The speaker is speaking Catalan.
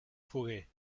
foguer